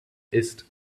ist